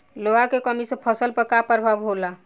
लोहा के कमी से फसल पर का प्रभाव होला?